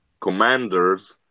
commanders